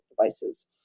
devices